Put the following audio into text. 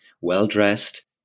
well-dressed